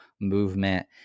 movement